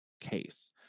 case